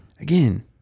Again